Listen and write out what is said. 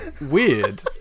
weird